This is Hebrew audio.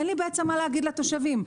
אין לי בעצם מה להגיד לתושבים.